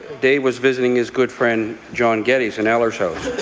dave was visiting his good friend john geddes in ellershouse.